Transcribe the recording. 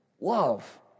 love